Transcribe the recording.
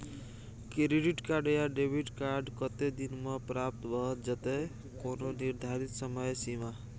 Credit या debit card कत्ते दिन म प्राप्त भ जेतै, कोनो निर्धारित समय सीमा?